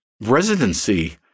residency